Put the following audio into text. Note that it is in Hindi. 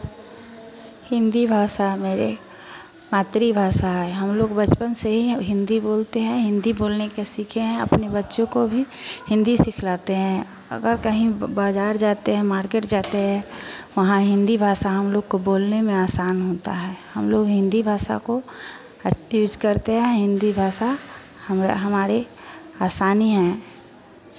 हिन्दी भाषा मेरे मातृ भाषा है हम लोग बचपन से ही हिन्दी बोलते हैं हिन्दी बोलने का सीखे हैं अपने बच्चों को भी हिन्दी सिखलाते हैं अगर कहीं ब बाज़ार जाते हैं मार्केट जाते हैं वहाँ हिन्दी भाषा हम लोग को बोलने में आसान होता है हम लोग हिन्दी भाषा को यूज़ करते हैं हिन्दी भाषा हमरा हमारे आसानी है